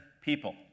people